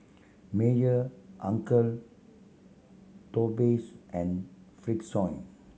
Mayer Uncle Toby's and Frixion